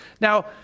Now